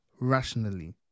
rationally